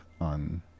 on